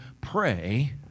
pray